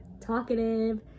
talkative